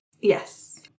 Yes